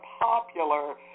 popular